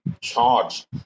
charge